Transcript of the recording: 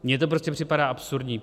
Mně to prostě připadá absurdní.